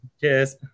Cheers